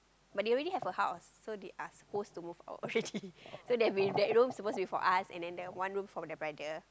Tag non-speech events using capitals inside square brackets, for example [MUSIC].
but they already have a house so they are supposed to move out already [LAUGHS] so that be that room is supposed to be for us and then the one room for the brother